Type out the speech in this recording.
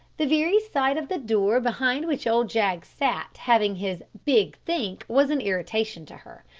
the very sight of the door behind which old jaggs sat having his big think was an irritation to her.